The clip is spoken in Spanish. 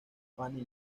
fanny